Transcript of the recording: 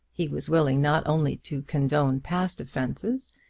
he was willing not only to condone past offences,